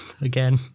again